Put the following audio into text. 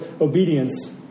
obedience